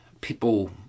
people